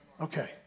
Okay